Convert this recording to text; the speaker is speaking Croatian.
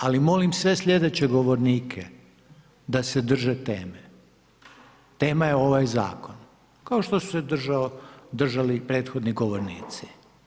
Ali molim sve sljedeće govornike da se drže teme, tema je ovaj zakon kao što su se držali i prethodni govornici.